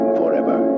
forever